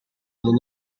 non